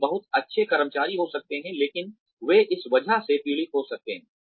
वे बहुत अच्छे कर्मचारी हो सकते हैं लेकिन वे इस वजह से पीड़ित हो सकते हैं